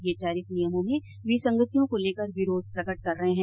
ये टैरिफ नियमों में विसंगतियों को लेकर विरोध प्रकट कर रहे है